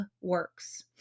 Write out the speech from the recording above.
Works